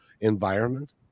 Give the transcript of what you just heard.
environment